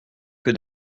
que